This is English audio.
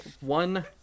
one